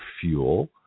fuel